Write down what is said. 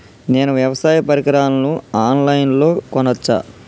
నేను వ్యవసాయ పరికరాలను ఆన్ లైన్ లో కొనచ్చా?